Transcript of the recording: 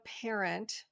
parent